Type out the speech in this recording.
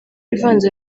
ivanze